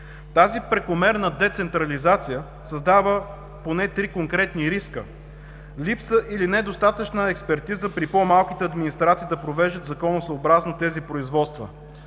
Тази прекомерна децентрализация създава поне три конкретни риска: липса или недостатъчна експертиза при по-малките администрации да провеждат законосъобразно тези производства;